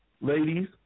ladies